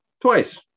twice